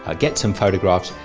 ah get some photographs,